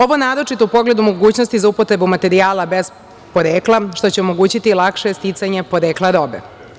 Ovo naročito u pogledu mogućnosti za upotrebu materijala bez porekla, što će omogućiti lakše sticanje porekla robe.